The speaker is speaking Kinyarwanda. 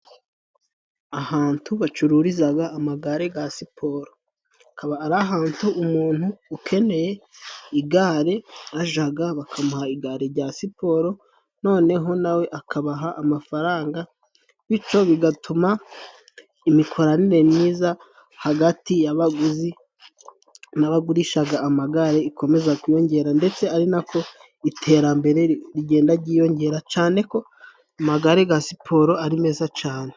Ahantu bacururizaga amagare ga siporo, akaba ari ahantu umuntu ukeneye igare ajaga bakamuha igare jya siporo, noneho nawe akabaha amafaranga, bicyo bigatuma imikoranire myiza hagati y'abaguzi n'abagurishaga amagare ikomeza kwiyongera, ndetse ari nako iterambere rigenda jyiyongera, cane ko amagare ga siporo ari meza cane.